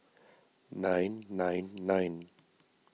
nine nine nine